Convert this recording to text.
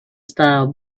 style